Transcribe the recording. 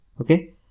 okay